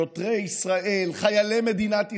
שוטרי ישראל, חיילי מדינת ישראל,